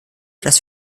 dass